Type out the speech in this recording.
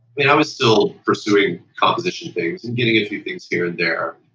i mean i was still pursuing composition things and getting a few things here and there,